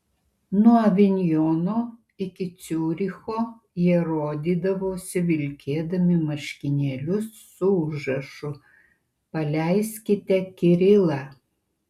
nuo avinjono iki ciuricho jie rodydavosi vilkėdami marškinėlius su užrašu paleiskite kirilą